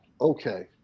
okay